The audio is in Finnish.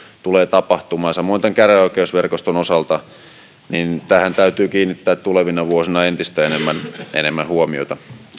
tulee tapahtumaan samoin käräjäoikeusverkoston osalta tähän täytyy kiinnittää tulevina vuosina entistä enemmän enemmän huomiota